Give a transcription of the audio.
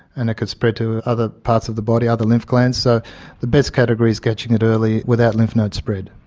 and it could spread to other parts of the body, other lymph glands. so the best category is catching it early without lymph node spread.